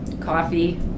Coffee